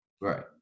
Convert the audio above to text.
Right